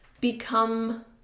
become